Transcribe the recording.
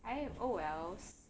I am oh wells